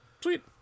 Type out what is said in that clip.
Sweet